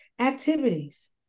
activities